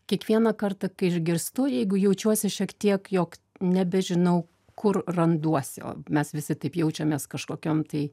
kiekvieną kartą kai išgirstu jeigu jaučiuosi šiek tiek jog nebežinau kur randuosi o mes visi taip jaučiamės kažkokiom tai